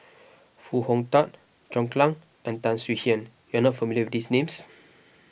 Foo Hong Tatt John Clang and Tan Swie Hian you are not familiar with these names